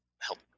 help